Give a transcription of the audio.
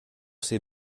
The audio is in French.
ses